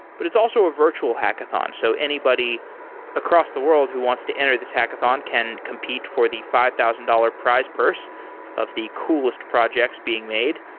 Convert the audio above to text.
but it's also a virtual hackathon. so anybody across the world who wants to enter this hackathon can compete for the five thousand dollars price purse of the coolest projects being made.